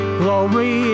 glory